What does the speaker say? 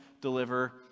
deliver